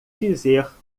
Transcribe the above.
dizer